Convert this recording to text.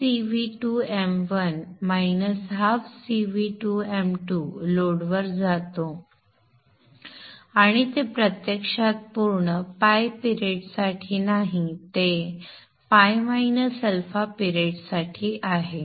तर ½ CV2m1 ½ CV2m2 लोडवर जातो आणि ते प्रत्यक्षात पूर्ण ᴨ पिरेड साठी नाही ते ᴨ α पिरेड साठी आहे